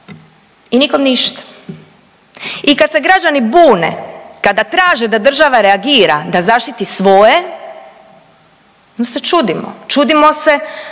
i nikom ništa. I kad se građani bune, kada traže da država reagira da zaštiti svoje onda se čudimo. Čudimo se